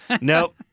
nope